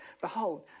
behold